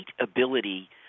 ability